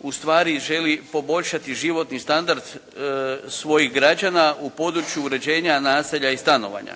u stvari želi poboljšati životni standard svojih građana u području uređenja naselja i stanovanja,